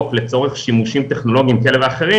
לצורך שימושים טכנולוגיים כאלה ואחרים,